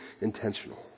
intentional